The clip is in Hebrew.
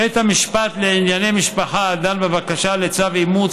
בית המשפט לענייני משפחה הדן בבקשה לצו אימוץ